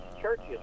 churches